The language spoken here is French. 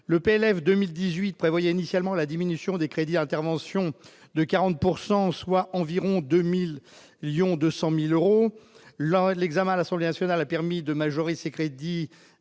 le PLF 2018 prévoyait initialement la diminution des crédits intervention de 40 pourcent soit environ 2000 lions 200000 euros lors de l'examen à l'Assemblée nationale a permis de majorer ses crédits